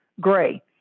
gray